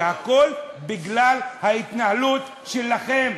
והכול בגלל ההתנהלות שלכם.